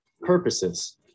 purposes